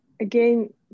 again